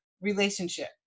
relationship